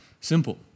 Simple